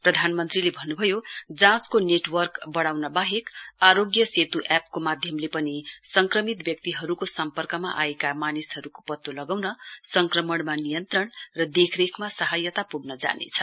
प्रधानमन्त्रीले भन्नुभयो जाँचको नेटवर्क बढ़ाउन वाहेक आरोग्य सेतु एप्प को माध्यमले पनि संक्रमित व्यक्तिहरुको सम्पर्कमा आएका मानिसहरुको पत्तो लगाउन संक्रमणमा नियन्त्रण देखरेखमा सहायता पुग्न जानेछ